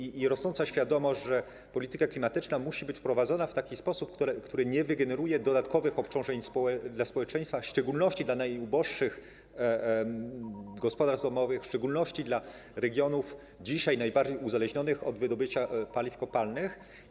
Chodzi też o rosnącą świadomość, że polityka klimatyczna musi być prowadzona w taki sposób, który nie wygeneruje dodatkowych obciążeń dla społeczeństwa, w szczególności dla najuboższych gospodarstw domowych, w szczególności dla regionów, dzisiaj najbardziej uzależnionych od wydobycia paliw kopalnych.